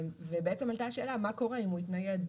ועלתה השאלה מה קורה אם הוא התנייד,